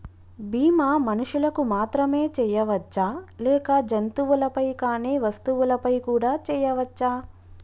బీమా మనుషులకు మాత్రమే చెయ్యవచ్చా లేక జంతువులపై కానీ వస్తువులపై కూడా చేయ వచ్చా?